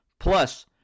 Plus